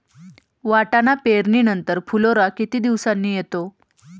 वाटाणा पेरणी नंतर फुलोरा किती दिवसांनी येतो?